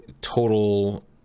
total